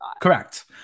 correct